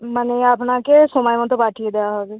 মানে আপনাকে সময় মতো পাঠিয়ে দেওয়া হবে